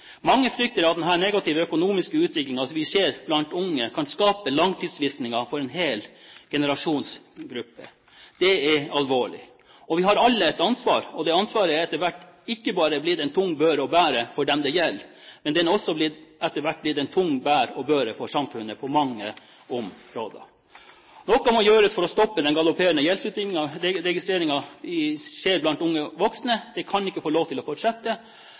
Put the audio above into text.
Mange frykter at denne negative økonomiske utviklingen som vi ser blant unge, kan skape langtidsvirkninger for en hel generasjonsgruppe. Det er alvorlig. Vi har alle et ansvar. Og det ansvaret er etter hvert ikke bare blitt en tung bør å bære for dem det gjelder, men det er også etter hvert blitt en tung bør å bære for samfunnet på mange områder. Noe må gjøres for å stoppe den galopperende gjeldsutviklingen vi registrerer skjer blant unge voksne – det kan ikke få lov til å fortsette.